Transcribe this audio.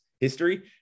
History